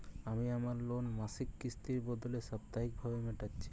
আমি আমার লোন মাসিক কিস্তির বদলে সাপ্তাহিক ভাবে মেটাচ্ছি